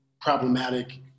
problematic